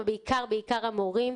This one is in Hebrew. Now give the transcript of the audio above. אבל בעיקר בעיקר המורים,